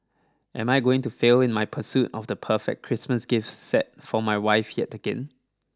am I going to fail in my pursuit of the perfect Christmas gift set for my wife yet again